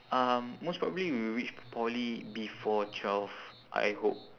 um most probably we will reach poly before twelve I hope